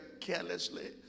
carelessly